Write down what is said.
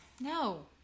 No